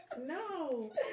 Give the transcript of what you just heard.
No